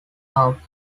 are